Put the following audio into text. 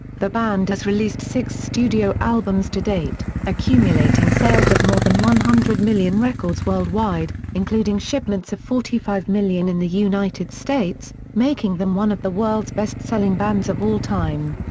the band has released six studio albums to date, accumulating sales of more than one hundred million records worldwide, including shipments of forty five million in the united states, making them one of the world's best-selling bands of all time.